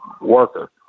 worker